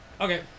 Okay